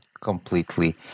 completely